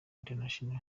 international